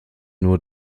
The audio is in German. nur